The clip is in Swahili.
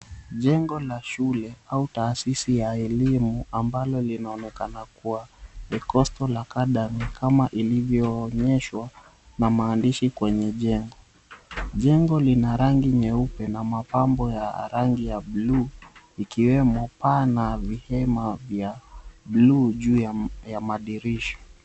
Jengo la shule au tahasisi ya elimu ambalo linaonekana kuwa The Coastal Academy kama ilivyoonyeshwa na maandishi kwenye jengo. Jengo lina rangi nyeupe na mapambo ya rangi ya blue ikiwemo paa na vihema vya blue juu ya madirisha.